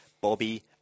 Bobby